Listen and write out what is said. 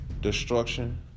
destruction